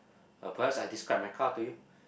uh perhaps I describe my car to you